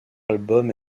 albums